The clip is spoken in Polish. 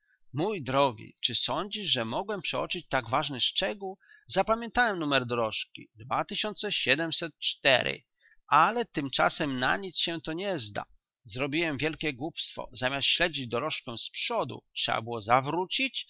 mój drogi czyż sądzisz że mogłem przeoczyć tak ważny szczegół zapamiętałem numer dorożki ale tymczasem na nic się to nie zda zrobiłem wielkie głupstwo zamiast śledzić dorożkę zprzodu trzeba było zawrócić